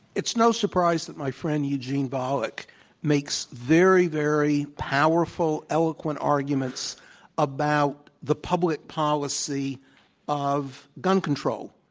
it's no surprise that my friend eugene volokh makes very, very powerful, eloquent arguments about the public policy of gun control.